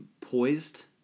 poised